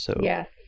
Yes